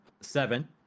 Seven